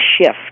shift